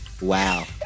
Wow